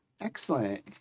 Excellent